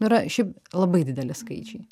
nu yra šiaip labai dideli skaičiai